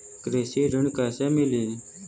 कृषि ऋण कैसे मिली?